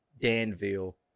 Danville